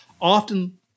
often